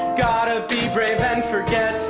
gotta be brave and forget